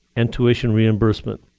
and tuition reimbursement.